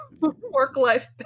work-life